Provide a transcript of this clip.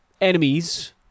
enemies